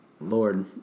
Lord